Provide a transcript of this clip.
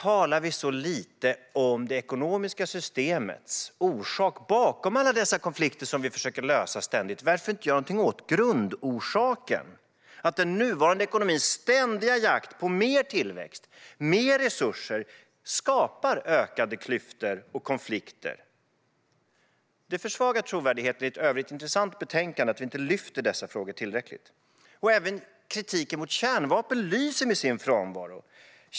Varför talar vi så lite om det ekonomiska systemet, som är orsaken till alla dessa konflikter som vi ständigt försöker lösa? Varför inte göra något åt grundorsaken, nämligen att den nuvarande ekonomins ständiga jakt på mer tillväxt och mer resurser skapar ökade klyftor och konflikter? Det försvagar trovärdigheten i ett i övrigt intressant betänkande att vi inte lyfter dessa frågor tillräckligt. Även kritiken mot kärnvapen lyser med sin frånvaro.